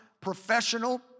professional